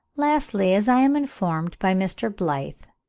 lastly, as i am informed by mr. blyth,